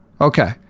Okay